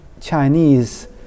Chinese